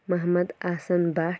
Mohammad Ahsan Bhat